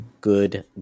good